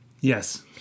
Yes